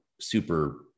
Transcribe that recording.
super